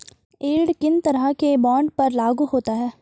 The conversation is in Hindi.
यील्ड किन तरह के बॉन्ड पर लागू होता है?